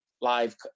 live